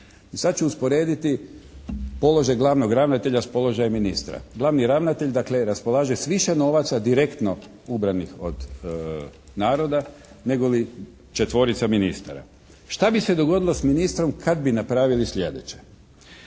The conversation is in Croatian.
Sad ću usporediti položaj glavnog ravnatelja s položajem ministra. Glavni ravnatelj dakle raspolaže s više novaca direktno ubranih od naroda negoli četvorica ministara. Šta bi se dogodilo s ministrom kad bi napravili sljedeće?